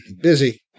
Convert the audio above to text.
Busy